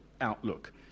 outlook